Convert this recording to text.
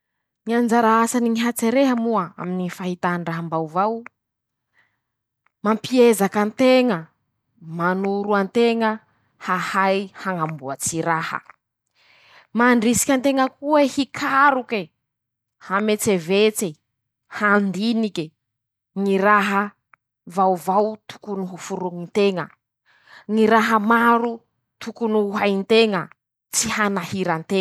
Ñy anjara asany ñy hatsereha moa aminy ñy fahitan-draha mbaovao: -Mampiezaky an-teña ,manoro an-teña hahay hañamboatsy raha. -Mandrisiky an-teña ko'ey hikaroky ,hametsevetse ,handinike, ñy raha vaovao tokony ho foroñin-teña ,ñy raha maro tokony ho hain-teña ;tsy hanahira an-teña.